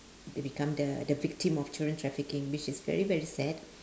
they become the the victim of children trafficking which is very very sad